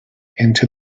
into